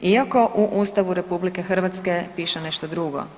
Iako, u Ustavu RH piše nešto drugo.